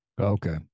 Okay